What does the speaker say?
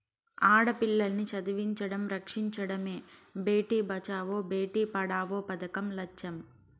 ఆడపిల్లల్ని చదివించడం, రక్షించడమే భేటీ బచావో బేటీ పడావో పదకం లచ్చెం